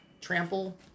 trample